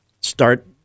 start